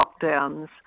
lockdowns